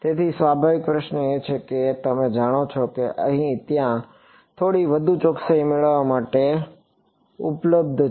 તેથી સ્વાભાવિક પ્રશ્ન એ છે કે તમે જાણો છો કે ત્યાં થોડી વધુ ચોકસાઈ મેળવવા માટે ઉપલબ્ધ છે